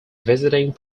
visiting